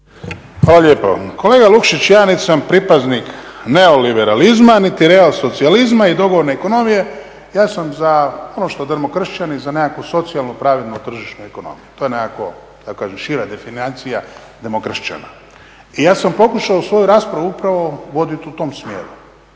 Hvala lijepo. Kolega Vukšić, ja niti sam pripadnik neoliberalizma, niti real socijalizma i dogovorne ekonomije. Ja sam za ono što demokršćani za nekakvu socijalnu pravednu tržišnu ekonomiju. To je nekako da kažem šira definicija demokršćana. I ja sam pokušao svoju raspravu upravo voditi u tom smjeru,